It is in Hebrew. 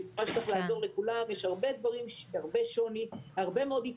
ואני בטוחה שצריך לעזור לכולם - יש הרבה שוני ויש הרבה מאוד